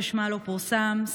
ששמה לא פורסם עד כה,